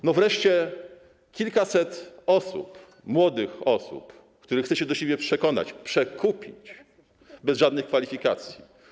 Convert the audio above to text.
I wreszcie kilkaset osób, młodych osób, których chcecie do siebie przekonać, przekupić, bez żadnych kwalifikacji.